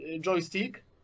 joystick